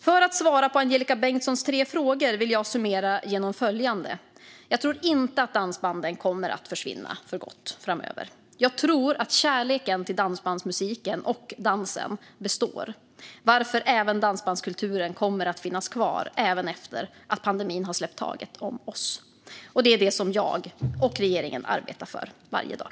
För att svara på Angelika Bengtssons tre frågor vill jag summera genom följande: Jag tror inte att dansbanden kommer att försvinna för gott framöver. Jag tror att kärleken till dansbandsmusiken och dansen består, varför även dansbandskulturen kommer att finnas kvar även efter att pandemin har släppt taget om oss. Det är det som jag och regeringen arbetar för varje dag.